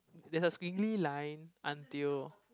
there's a squiggly line until